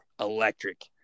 electric